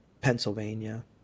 pennsylvania